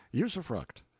usufruct?